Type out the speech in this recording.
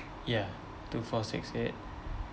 ya two four six eight